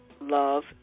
love